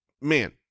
man